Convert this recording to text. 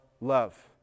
love